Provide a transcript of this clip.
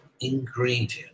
ingredient